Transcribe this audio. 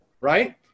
right